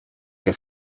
que